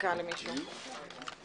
הישיבה ננעלה בשעה 11:45.